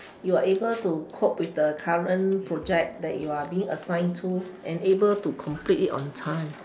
you are able to cope with the current project that you are being assigned to and able to complete it on time